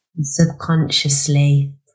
subconsciously